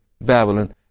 Babylon